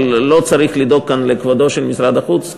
אבל לא צריך לדאוג כאן לכבודו של משרד החוץ,